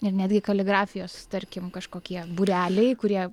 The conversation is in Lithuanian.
ir netgi kaligrafijos tarkim kažkokie būreliai kurie